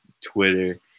Twitter